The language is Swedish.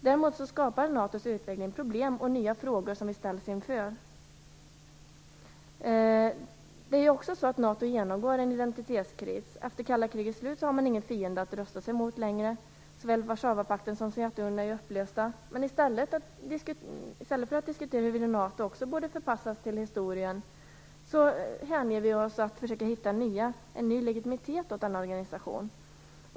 Däremot skapar NATO:s utvidgning problem och ställer oss inför nya frågor. NATO genomgår nu en identitetskris. Efter det kalla krigets slut har man inte längre någon fiende att rusta sig mot - såväl Warszawapakten som Sovjetunionen är upplösta. Men i stället för att diskutera huruvida även NATO borde förpassas till historien hänger vi oss åt att försöka hitta en ny legitimitet för denna organisation.